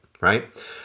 right